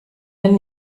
wenn